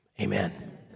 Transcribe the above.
amen